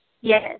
yes